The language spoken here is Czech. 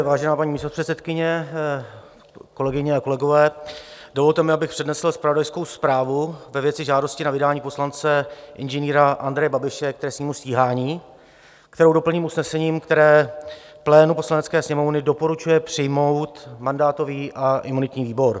Vážená paní místopředsedkyně, kolegyně, kolegové, dovolte mi, abych přednesl zpravodajskou zprávu ve věci žádosti na vydání poslance Ing. Andreje Babiše k trestnímu stíhání, kterou doplním usnesením, které plénu Poslanecké sněmovny doporučuje přijmout mandátový a imunitní výbor.